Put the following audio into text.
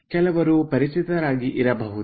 ಕೆಲವರು ಪರಿಚಿತರಾಗಿ ಇರಬಹುದು